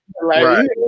right